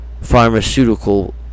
pharmaceutical